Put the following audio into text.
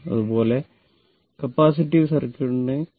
ആണ് അതുപോലെ കപ്പാസിറ്റീവ് സർക്യൂട്ടിന്